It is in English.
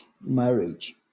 Marriage